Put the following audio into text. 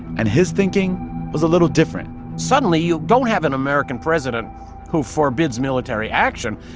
and his thinking was a little different suddenly, you don't have an american president who forbids military action.